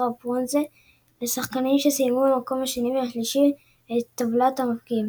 הברונזה לשחקנים שסיימו במקום השני והשלישי בטבלת המבקיעים.